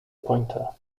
pointer